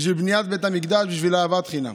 בשביל בניית בית המקדש, בשביל אהבת חינם.